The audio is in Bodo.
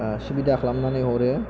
सुबिदा खालायनानै हरो